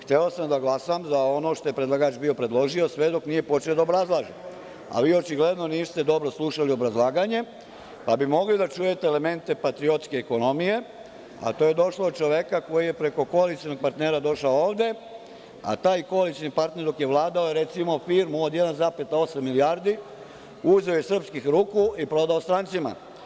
Hteo sam da glasam za ono što je predlagač bio predložio, sve dok nije počeo da obrazlaže, a vi očigledno niste dobro slušali obrazlaganje, da bi mogli da čujete elemente patriotske ekonomije, a to je došlo od čoveka koji je preko koalicionog partnera došao ovde, a taj koalicioni partner dok je vladao je, recimo, firmu od 1,8 milijardi uzeo iz srpskih ruku i prodao strancima.